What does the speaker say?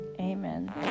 Amen